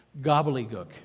gobbledygook